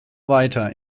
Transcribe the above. weiter